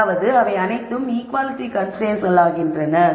அதாவது அவை அனைத்தும் ஈக்குவாலிட்டி கன்ஸ்ரைன்ட்ஸ்களாகின்றன